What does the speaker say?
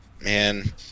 man